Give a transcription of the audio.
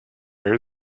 where